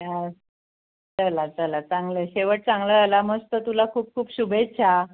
हा चला चला चांगलं शेवट चांगला झाला मस्त तुला खूप खूप शुभेच्छा